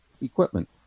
equipment